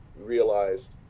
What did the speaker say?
realized